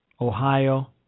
Ohio